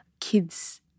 kids